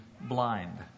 blind